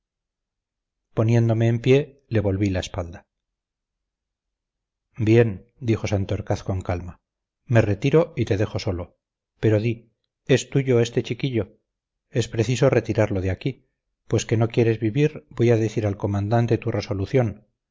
poniéndome en pie le volví la espalda bien dijo santorcaz con calma me retiro y te dejo solo pero di es tuyo este chiquillo es preciso retirarlo de aquí pues que no quieres vivir voy a decir al comandante tu resolución